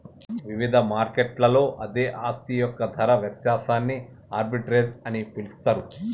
ఇవిధ మార్కెట్లలో అదే ఆస్తి యొక్క ధర వ్యత్యాసాన్ని ఆర్బిట్రేజ్ అని పిలుస్తరు